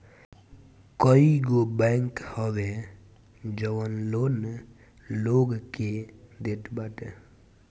कईगो बैंक हवे जवन लोन लोग के देत बाटे